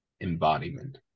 embodiment